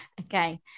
okay